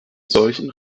solchen